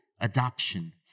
adoption